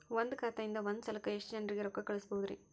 ಒಂದ್ ಖಾತೆಯಿಂದ, ಒಂದ್ ಸಲಕ್ಕ ಎಷ್ಟ ಜನರಿಗೆ ರೊಕ್ಕ ಕಳಸಬಹುದ್ರಿ?